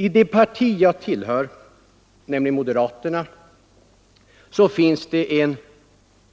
I det parti som jag tillhör, moderata samlingspartiet, finns det en